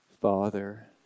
Father